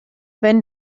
wenn